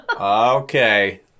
Okay